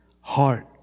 heart